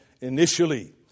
initially